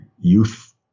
youth